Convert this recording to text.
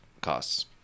costs